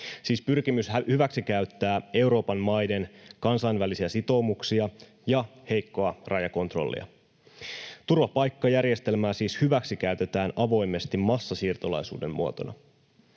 pyrkimys hyväksikäyttää Euroopan maiden kansainvälisiä sitoumuksia ja heikkoa rajakontrollia. Turvapaikkajärjestelmää siis hyväksikäytetään avoimesti massasiirtolaisuuden muotona.